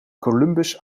columbus